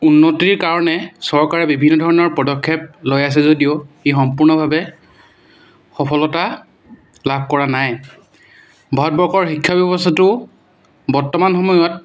উন্নতিৰ কাৰণৰ চৰকাৰে বিভিন্ন ধৰণৰ পদক্ষেপ লৈ আছে যদিও ই সম্পূৰ্ণভাৱে সফলতা লাভ কৰা নাই ভাৰতবৰ্ষৰ শিক্ষা ব্যৱস্থাটো বৰ্তমান সময়ত